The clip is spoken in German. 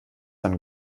dann